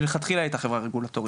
מלכתחילה היא הייתה חברה רגולטורית.